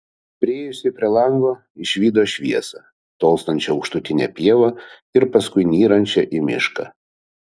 priėjusi prie lango išvydo šviesą tolstančią aukštutine pieva ir paskui nyrančią į mišką